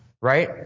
right